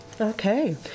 Okay